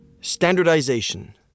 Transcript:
standardization